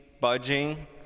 budging